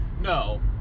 no